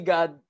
God